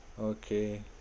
Okay